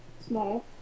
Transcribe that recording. Small